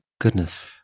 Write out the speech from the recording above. Goodness